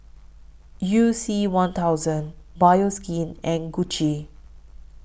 YOU C one thousand Bioskin and Gucci